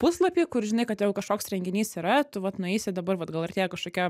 puslapį kur žinai kad jeigu kažkoks renginys yra tu vat nueisi dabar vat gal artėja kažkokia